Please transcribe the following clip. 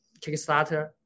Kickstarter